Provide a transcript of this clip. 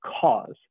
cause